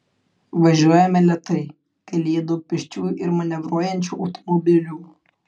važiuojame lėtai kelyje daug pėsčiųjų ir manevruojančių automobilių